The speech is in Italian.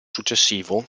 successivo